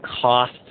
cost